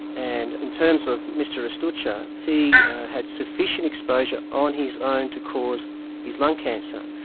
and in terms of mr restuccia, he had sufficient exposure on his own to cause his lung cancer.